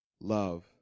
Love